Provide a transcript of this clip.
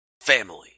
family